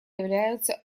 являются